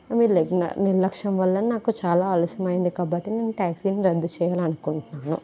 మీరు మీ నిర్లక్ష్యం వల్ల నాకు చాలా ఆలస్యం అయింది కాబట్టి నేను టాక్సీని రాదు చేయాలనుకుంటున్నాను